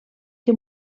que